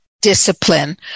discipline